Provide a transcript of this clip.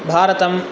भारतम्